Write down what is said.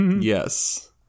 Yes